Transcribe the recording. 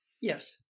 Yes